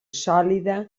sòlida